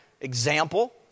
example